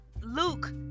Luke